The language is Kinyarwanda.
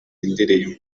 indirimbo